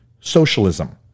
socialism